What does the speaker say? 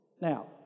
Now